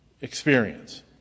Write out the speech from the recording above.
experience